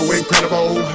incredible